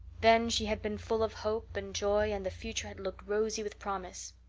then she had been full of hope and joy and the future had looked rosy with promise.